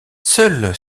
seule